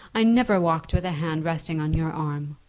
i never walked with a hand resting on your arm.